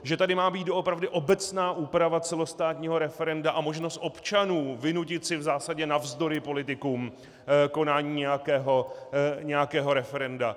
Že tady má být doopravdy obecná úprava celostátního referenda a možnost občanů vynutit si v zásadě navzdory politikům konání nějakého referenda.